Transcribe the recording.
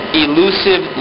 elusive